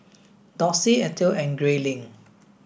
Dossie Ethel and Grayling